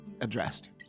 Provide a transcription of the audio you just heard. addressed